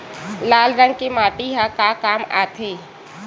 लाल रंग के माटी ह का काम आथे?